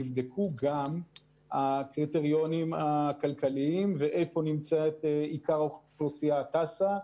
נבדקו גם הקריטריונים הכלכליים ואיפה נמצאת עיקר האוכלוסייה הטסה.